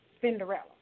Cinderella